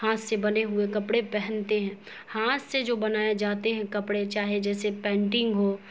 ہاتھ سے بنے ہوئے کپڑے پہنتے ہیں ہاتھ سے جو بنائے جاتے ہیں کپڑے چاہے جیسے پینٹنگ ہو